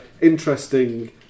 interesting